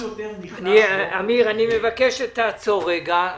אני מבקש, אמיר, שתעצור רגע.